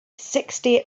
sixty